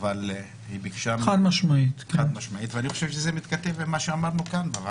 אבל היא בקשה חד משמעית ואני חושב שזה מתכתב עם מה שאמרנו כאן בוועדה.